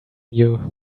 you